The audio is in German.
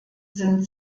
sind